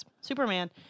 Superman